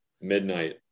midnight